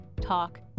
talk